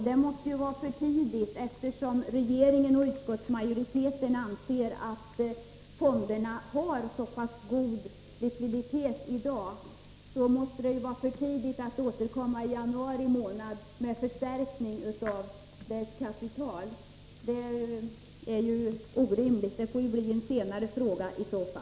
Det måste ju vara orimligt, eftersom regeringen och utskottsmajoriteten anser att fonderna i dag har god likviditet, att återkomma i januari månad med begäran om förstärkning av deras kapital . Det kan möjligen bli en senare fråga.